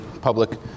public